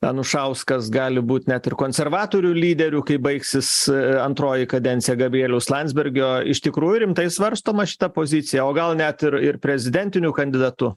anušauskas gali būt net ir konservatorių lyderiu kai baigsis antroji kadencija gabrieliaus landsbergio iš tikrųjų rimtai svarstoma šita pozicija o gal net ir ir prezidentiniu kandidatu